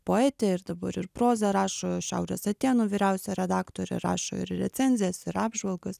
poetė ir dabar ir prozą rašo šiaurės atėnų vyriausia redaktorė rašo ir recenzijas ir apžvalgas